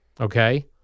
Okay